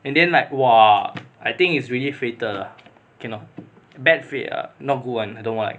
and then like !wah! I think it's really fated ah cannot bad fate ah not good [one] I don't like